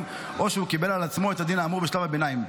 או שהוא קיבל על עצמו את הדין האמור בשלב הביניים.